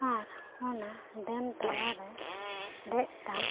ᱟᱨ ᱚᱱᱟ ᱰᱮᱢ ᱛᱟᱞᱟᱨᱮ ᱢᱤᱫᱴᱟᱝ